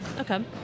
okay